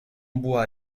bois